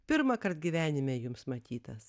pirmąkart gyvenime jums matytas